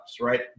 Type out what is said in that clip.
right